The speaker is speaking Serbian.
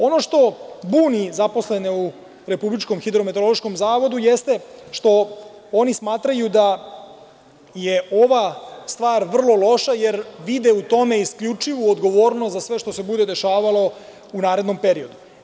Ono što buni zaposlene u Republičkom hidrometeorološkom zavodu jeste što oni smatraju da je ova stvar vrlo loša jer vide u tome isključivu odgovornost za sve što se bude dešavalo u narednom periodu.